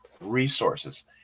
resources